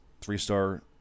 three-star